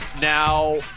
Now